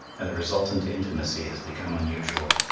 and the resultant intimacy has become unusual.